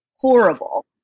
horrible